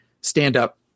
stand-up